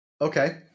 Okay